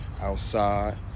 Outside